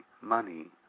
money